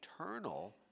eternal